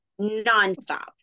nonstop